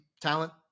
talent